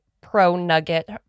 pro-nugget